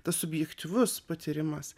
tas subjektyvus patyrimas